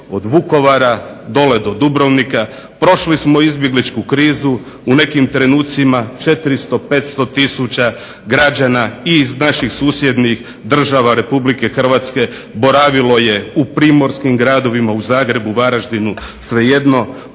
od Vukovara do Dubrovnika, prošli smo izbjegličku krizu u nekim trenutcima 400, 500 tisuća građana iz naših susjednih država Republike Hrvatske boravilo je u primorskim gradovima, u Zagrebu, Varaždinu svejedno,